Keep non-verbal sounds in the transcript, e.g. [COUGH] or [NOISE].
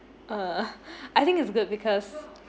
uh [LAUGHS] I think it's good because